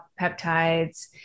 peptides